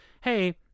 hey